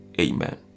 amen